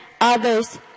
others